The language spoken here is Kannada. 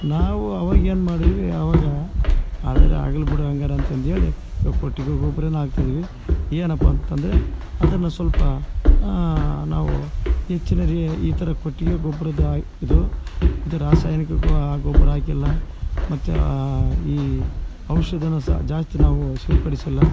ನಾವು ಅವಾಗೇನು ಮಾಡಿದ್ವಿ ಅವಾಗಾ ಆದರೆ ಆಗಲಿಬಿಡು ಹಂಗಾರ ಅಂತಂದೇಳಿ ಇವಾಗ ಕೊಟ್ಟಿಗೆ ಗೊಬ್ರನೇ ಹಾಕ್ತಿದೀವಿ ಏನಪ್ಪಾ ಅಂತಂದರೆ ಅದನ್ನು ಸ್ವಲ್ಪ ನಾವು ಹೆಚ್ಚಿನ ರೀ ಈ ಥರ ಕೊಟ್ಟಿಗೆ ಗೊಬ್ರದ್ದು ಇದು ಇದು ರಾಸಾಯನಿಕ ಗೊಬ್ಬರ ಹಾಕಿಯೆಲ್ಲ ಮತ್ತು ಈ ಔಷಧನ ಸಹ ಜಾಸ್ತಿ ನಾವು ಸಿಂಪಡಿಸಿಲ್ಲ